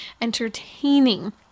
entertaining